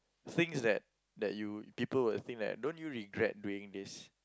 things that that you people would think that don't you regret doing this